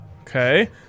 Okay